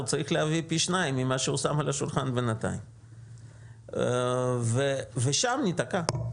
הוא צריך להביא פי שניים ממה שהוא שם על השולחן בינתיים ושם ניתקע.